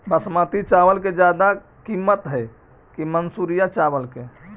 बासमती चावल के ज्यादा किमत है कि मनसुरिया चावल के?